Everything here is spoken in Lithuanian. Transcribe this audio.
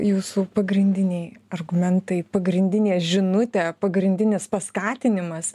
jūsų pagrindiniai argumentai pagrindinė žinutė pagrindinis paskatinimas